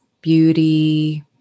beauty